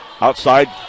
outside